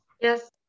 Yes